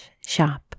shop